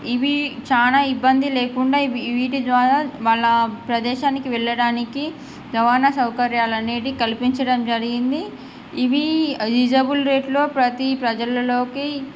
ఇవి చాలా ఇబ్బంది లేకుండా ఇవి వీటి ద్వారా వాళ్ళ ప్రదేశానికి వెళ్ళడానికి రవాణా సౌకర్యాలు అనేటివి కల్పించడం జరిగింది ఇవి రీసనబుల్ రేట్లో ప్రతీ ప్రజలలోకి